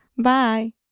Bye